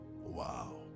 Wow